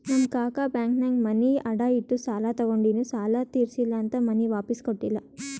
ನಮ್ ಕಾಕಾ ಬ್ಯಾಂಕ್ನಾಗ್ ಮನಿ ಅಡಾ ಇಟ್ಟು ಸಾಲ ತಗೊಂಡಿನು ಸಾಲಾ ತಿರ್ಸಿಲ್ಲಾ ಅಂತ್ ಮನಿ ವಾಪಿಸ್ ಕೊಟ್ಟಿಲ್ಲ